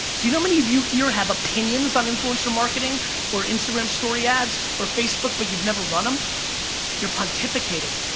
do you know many of you here have opinions on influencer marketing or instagram story ads or facebook? but you've never run them your pontifical.